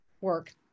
work